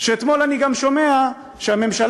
אתמול אני גם שומע שהממשלה,